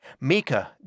Mika